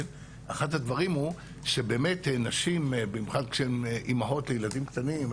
אחד הדברים הוא שבאמת נשים במיוחד כשהן אימהות לילדים קטנים,